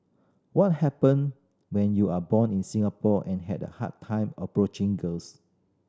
what happen when you are born in Singapore and had a hard time approaching girls